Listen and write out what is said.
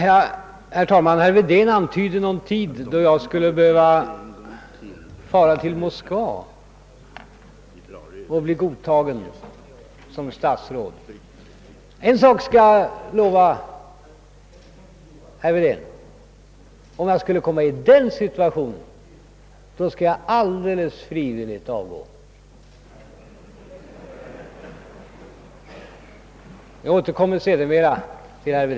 Herr talman! Herr Wedén antydde en tid när jag skulle behöva fara till Moskva för att bli godtagen som statsråd. En sak skall jag lova herr Wedén: Om jag skulle komma i den situationen, skall jag helt frivilligt avgå! Jag återkommer senare till herr Wedén.